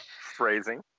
Phrasing